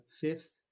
fifth